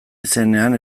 izenean